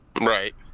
right